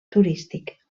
turístic